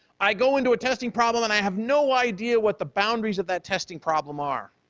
i go into a testing problem and i have no idea what the boundaries of that testing problem are.